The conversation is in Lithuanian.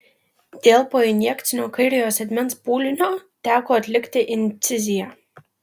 dėl poinjekcinio kairiojo sėdmens pūlinio teko atlikti inciziją